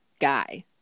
guy